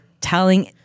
telling